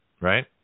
Right